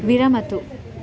विरमतु